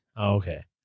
Okay